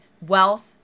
wealth